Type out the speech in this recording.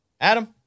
Adam